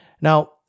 Now